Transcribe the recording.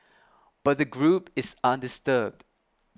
but the group is undisturbed